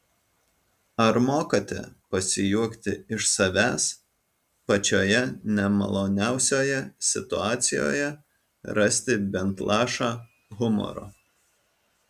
ar mokate pasijuokti iš savęs pačioje nemaloniausioje situacijoje rasti bent lašą humoro